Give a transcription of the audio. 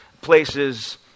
places